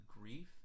grief